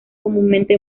comúnmente